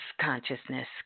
consciousness